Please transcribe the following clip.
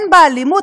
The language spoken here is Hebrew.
הן באלימות,